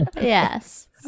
Yes